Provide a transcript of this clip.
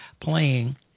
playing